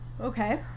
Okay